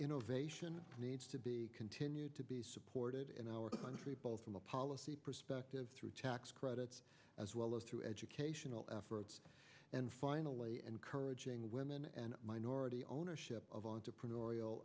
innovation needs to be continued to be supported in our country both from a policy perspective through tax credits as well as through educational efforts and finally encouraging women and minority ownership of entrepreneurial